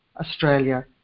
Australia